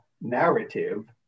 narrative